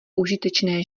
užitečné